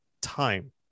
time